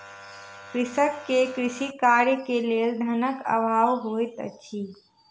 कृषक के कृषि कार्य के लेल धनक अभाव होइत अछि